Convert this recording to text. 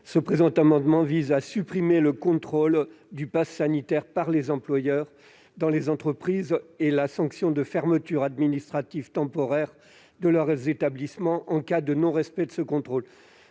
Cet amendement vise à supprimer le contrôle du passe sanitaire par les employeurs dans les entreprises et la sanction de fermeture administrative temporaire de leur établissement en cas de non-respect de ce contrôle.